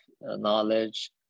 knowledge